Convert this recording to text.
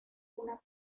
unas